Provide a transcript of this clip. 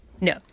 No